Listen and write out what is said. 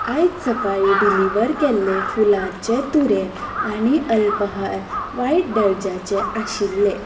आयज सकाळीं डिलिव्हर केल्ले फुुलांचे तुरे आनी अल्पाहार वायट दर्जाचे आशिल्ले